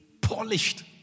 polished